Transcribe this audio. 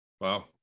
Wow